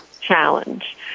challenge